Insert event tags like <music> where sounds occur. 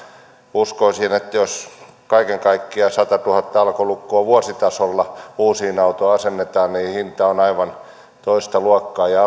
uskoisin että jos kaiken kaikkiaan satatuhatta alkolukkoa vuositasolla uusiin autoihin asennetaan niin hinta on aivan toista luokkaa ja <unintelligible>